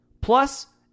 Plus